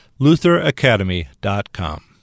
lutheracademy.com